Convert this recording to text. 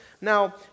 Now